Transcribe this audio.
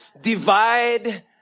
divide